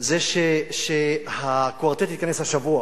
זה שהקוורטט התכנס השבוע